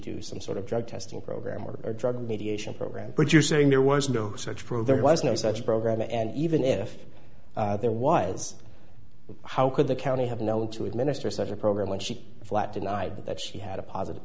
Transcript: do some sort of drug testing program or a drug mediation program but you're saying there was no such proof there was no such program and even if there was how could the county have known to administer such a program when she flat denied that she had a positive